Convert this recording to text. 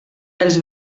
els